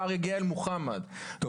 ההר יגיע אל מוחמד ומה.